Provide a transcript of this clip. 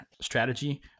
strategy